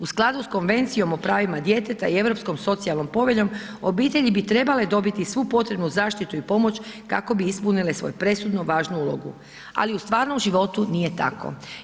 U skladu sa Konvencijom pravima djeteta i Europskom socijalnom poveljom, obitelji bi trebale dobiti svu potrebnu zaštitu i pomoći kako bi ispunile svoju presudno važnu ulogu ali u stvarnom životu nije tako.